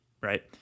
right